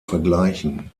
vergleichen